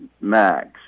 max